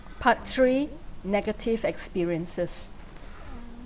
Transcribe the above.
part three negative experiences